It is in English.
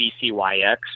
BCYX